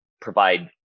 provide